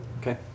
Okay